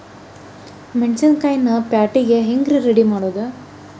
ಮೆಣಸಿನಕಾಯಿನ ಪ್ಯಾಟಿಗೆ ಹ್ಯಾಂಗ್ ರೇ ರೆಡಿಮಾಡೋದು?